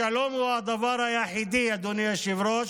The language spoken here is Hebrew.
אדוני היושב-ראש,